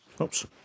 Oops